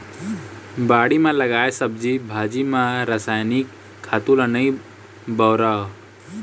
बाड़ी म लगाए सब्जी भाजी म रसायनिक खातू ल नइ बउरय